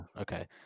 okay